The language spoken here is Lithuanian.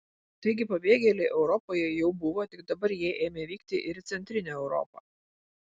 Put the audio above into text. taigi pabėgėliai europoje jau buvo tik dabar jie ėmė vykti ir į centrinę europą